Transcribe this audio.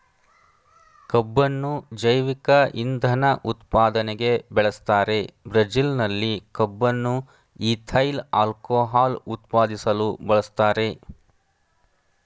ಕಬ್ಬುನ್ನು ಜೈವಿಕ ಇಂಧನ ಉತ್ಪಾದನೆಗೆ ಬೆಳೆಸ್ತಾರೆ ಬ್ರೆಜಿಲ್ನಲ್ಲಿ ಕಬ್ಬನ್ನು ಈಥೈಲ್ ಆಲ್ಕೋಹಾಲ್ ಉತ್ಪಾದಿಸಲು ಬಳಸ್ತಾರೆ